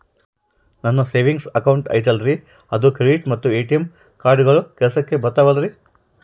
ನನ್ನ savings account ಐತಲ್ರೇ ಅದು ಕ್ರೆಡಿಟ್ ಮತ್ತ ಎ.ಟಿ.ಎಂ ಕಾರ್ಡುಗಳು ಕೆಲಸಕ್ಕೆ ಬರುತ್ತಾವಲ್ರಿ?